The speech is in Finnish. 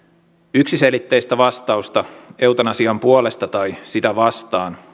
yksiselitteistä vastausta eutanasian puolesta tai sitä vastaan